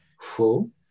Phone